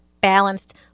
Balanced